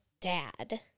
dad